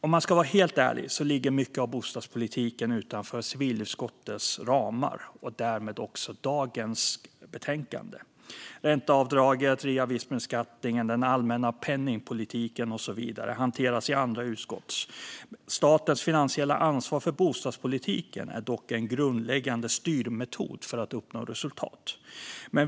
Om man ska vara helt ärlig ligger mycket av bostadspolitiken utanför civilutskottets ramar och därmed också utanför betänkandet. Ränteavdraget, reavinstbeskattningen, den allmänna penningpolitiken och så vidare hanteras i andra utskott. Statens finansiella ansvar för bostadspolitiken är dock en grundläggande styrmetod för att uppnå resultat.